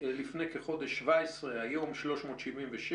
לפני כחודש 17, היום, 377,